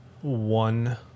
one